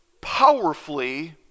powerfully